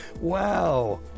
Wow